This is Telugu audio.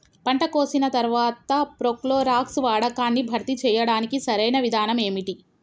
పంట కోసిన తర్వాత ప్రోక్లోరాక్స్ వాడకాన్ని భర్తీ చేయడానికి సరియైన విధానం ఏమిటి?